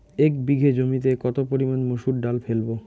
এক বিঘে জমিতে কত পরিমান মুসুর ডাল ফেলবো?